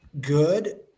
good